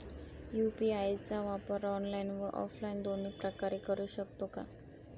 UPI चा वापर online व ऑफलाईन दोन्ही प्रकारे करु शकतो का?